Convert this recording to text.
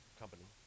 company